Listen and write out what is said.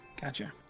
Gotcha